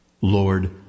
Lord